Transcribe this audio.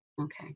Okay